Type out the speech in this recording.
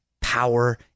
power